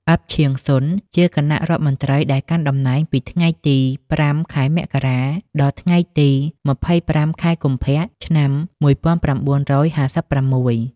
អ៊ិប ឈាងស៊ុន ជាគណៈរដ្ឋមន្ត្រីដែលកាន់តំណែងពីថ្ងៃទី ៥ ខែមករា ដល់ថ្ងៃទី ២៥ ខែកុម្ភៈ ឆ្នាំ១៩៥៦។